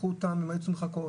הם היו צריכים לחכות,